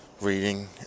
reading